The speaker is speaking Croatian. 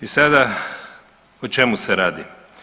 I sada o čemu se radi?